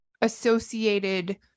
associated